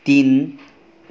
तिन